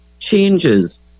changes